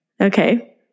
Okay